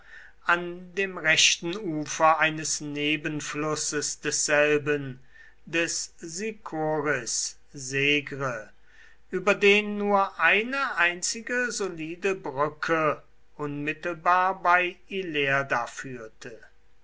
an dem rechten ufer eines nebenflusses desselben des sicoris segre über den nur eine einzige solide brücke unmittelbar bei ilerda führte